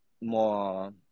more